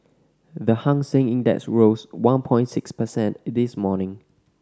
the Hang Seng Index rose one point six percent in this morning